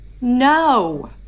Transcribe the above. No